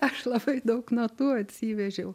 aš labai daug natų atsivežiau